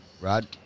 Rod